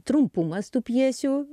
trumpumas tų pjesių